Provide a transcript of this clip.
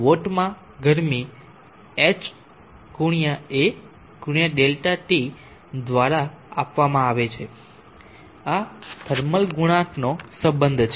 વોટમાં ગરમી hr×A×ΔT દ્વારા આપવામાં આવે છે આ થર્મલ ગુણાંકનો સંબંધ છે